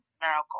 Miracle